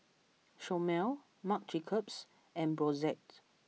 Chomel Marc Jacobs and Brotzeit